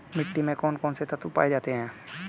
मिट्टी में कौन कौन से तत्व पाए जाते हैं?